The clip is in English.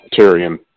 Tyrion